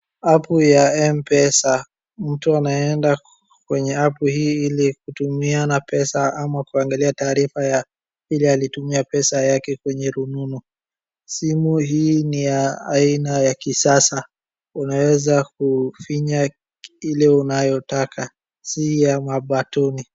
[]cs] App ya M-pesa, mtu anaenda kwenye app hii ili kutumiana pesa au kwangalia taarifa ya yule alitumia pesa yake kwenye rununu, simu hii ni ya aina ya kisasa, unaweza kufinya ile unayotaka, si ya ma button .